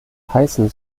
heißen